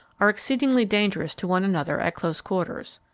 are exceedingly dangerous to one another at close quarters.